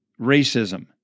racism